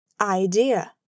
idea